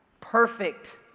perfect